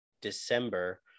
december